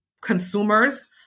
consumers